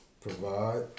Provide